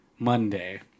monday